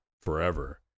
forever